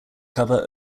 cover